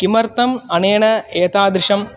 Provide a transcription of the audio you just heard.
किमर्थम् अनेन एतादृशम्